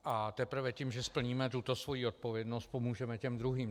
A teprve tím, že splníme tuto svoji odpovědnost, pomůžeme těm druhým.